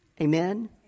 Amen